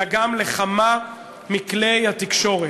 אלא גם לכמה מכלי התקשורת.